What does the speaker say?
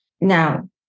Now